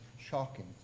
shocking